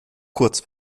kurz